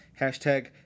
Hashtag